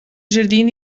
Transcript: jardim